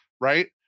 right